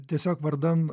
tiesiog vardan